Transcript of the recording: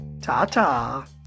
Ta-ta